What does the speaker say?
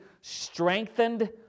strengthened